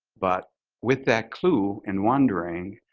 but with that clue and wondering